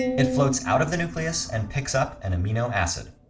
it floats out of the nucleus and picks up an amino acid.